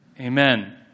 amen